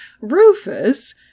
Rufus